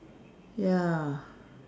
ya